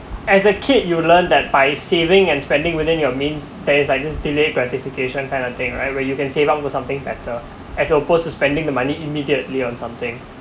as a kid you learn that by saving and spending within your means that is like just delay gratification kind of thing right where you can save up for something better as opposed to spending the money immediately on something